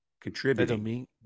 contributing